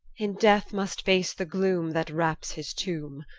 in death must face the gloom that wraps his tomb.